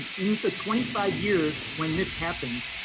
in the twenty five years when this happens,